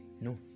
no